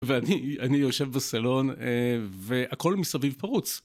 ואני יושב בסלון, והכל מסביב פרוץ.